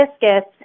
biscuits